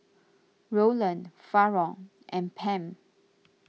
Roland Faron and Pam